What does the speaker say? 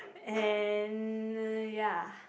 and uh ya